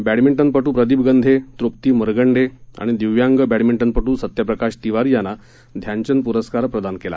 बॅडमिंटनपटू प्रदीप गंधे तप्ती मरगंडे आणि दिव्यांग बॅडमिंटनपटू सत्यप्रकाश तिवारी यांना ध्यानचंद प्रस्कार प्रदान केला